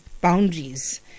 boundaries